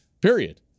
period